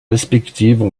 respectives